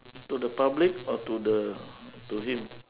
to the public or to the to him